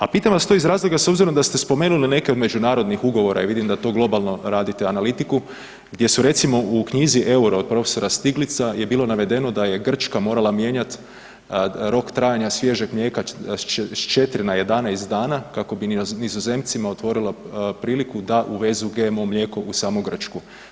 A pitam vas to iz razloga s obzirom da ste spomenuli neke od Međunarodnih ugovora, i vidim da to globalno radite analitiku, gdje su recimo u knjizi Euro, od profesora Stiglica je bilo navedeno da je Grčka morala mijenjati rok trajanja svježeg mlijeka s 4 na 11 dana, kako bi nizozemcima otvorila priliku da uvezu GMO mlijeko u samu Grčku.